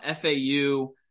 FAU